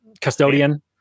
Custodian